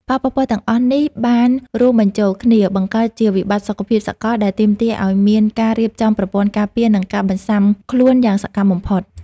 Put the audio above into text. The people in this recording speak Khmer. ផលប៉ះពាល់ទាំងអស់នេះបានរួមបញ្ចូលគ្នា បង្កើតជាវិបត្តិសុខភាពសកលដែលទាមទារឱ្យមានការរៀបចំប្រព័ន្ធការពារ និងការបន្ស៊ាំខ្លួនយ៉ាងសកម្មបំផុត។